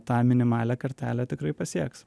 tą minimalią kartelę tikrai pasieks